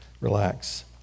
Relax